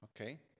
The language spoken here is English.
okay